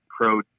pro